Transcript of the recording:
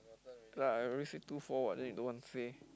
ya I already say two four [what] then you don't want say